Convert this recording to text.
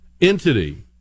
entity